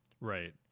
Right